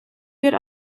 wird